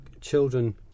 children